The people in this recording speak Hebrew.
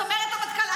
צמרת המטכ"ל.